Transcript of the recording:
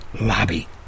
lobby